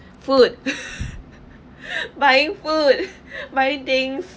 food buying food buying things